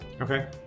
okay